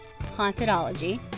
hauntedology